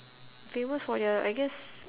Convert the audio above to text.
famous for their I guess